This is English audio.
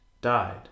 died